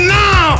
now